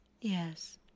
Yes